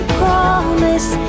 promise